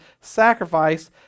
sacrifice